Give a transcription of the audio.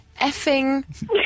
effing